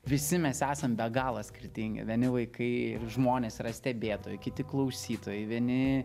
visi mes esam be galo skirtingi vieni vaikai ir žmonės yra stebėtojai kiti klausytojai vieni